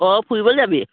অঁ ফুৰিবলৈ যাবি